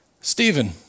Stephen